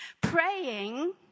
Praying